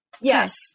yes